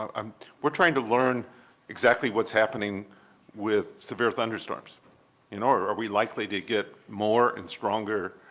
um we're trying to learn exactly what's happening with severe thunderstorms in order. are we likely to get more and stronger